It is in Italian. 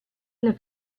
alla